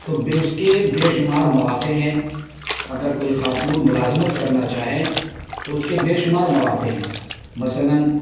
تو بے اس کے بےشمار مواقع ہیں اگر کوئی خاتون ملازمت کرنا چاہے تو اس کے بےشمار مواقع ہیں مثلاً